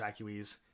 evacuees